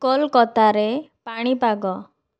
କୋଲକାତାରେ ପାଣିପାଗ